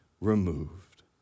removed